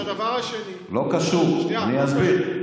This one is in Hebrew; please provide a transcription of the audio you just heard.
אני אסביר.